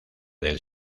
del